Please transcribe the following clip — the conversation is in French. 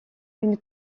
une